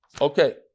Okay